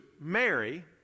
Mary